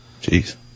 Jeez